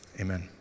Amen